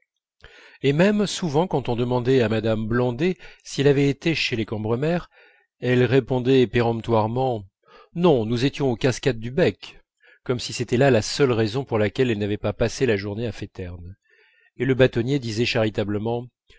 et même souvent quand on demandait à mme blandais si elle avait été chez les cambremer elle répondait péremptoirement non nous étions aux cascades du bec comme si c'était là la seule raison pour laquelle elle n'avait pas passé la journée à féterne et le bâtonnier disait charitablement